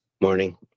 Morning